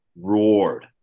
Roared